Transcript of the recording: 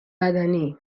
بدنی